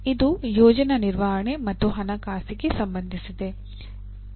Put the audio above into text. ಇದು ಯೋಜನಾ ನಿರ್ವಹಣೆ ಮತ್ತು ಹಣಕಾಸಿಗೆ ಸಂಬಂಧಿಸಿದೆ